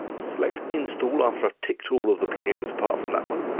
select instal after i've ticked all of the plugins apart from that one,